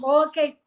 okay